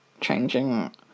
changing